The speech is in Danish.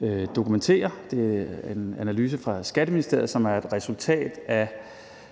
Det er en analyse fra Skatteministeriet, som er et resultat af